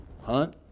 hunt